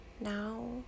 Now